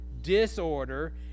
Disorder